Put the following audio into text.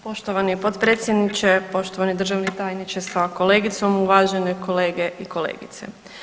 Poštovani potpredsjedniče, poštovani državni tajniče sa kolegicom, uvažene kolege i kolegice.